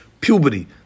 puberty